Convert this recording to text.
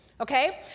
okay